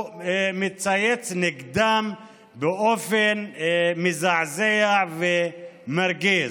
הוא מצייץ נגדם באופן מזעזע ומרגיז.